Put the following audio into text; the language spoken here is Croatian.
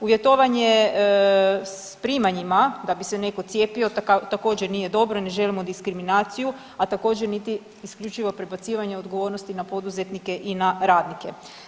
Uvjetovanje s primanjima da bi se neko cijepio također nije dobro, ne želimo diskriminaciju, a također niti isključivo prebacivanje odgovornosti na poduzetnike i na radnike.